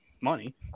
Money